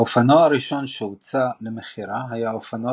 האופנוע הראשון שהוצע למכירה היה אופנוע